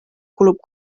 kulub